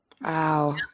Wow